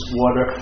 water